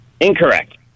Incorrect